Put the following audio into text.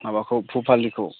माबाखौ भुपालिखौ